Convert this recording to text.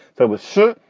there was shit.